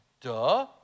Duh